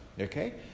Okay